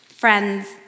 Friends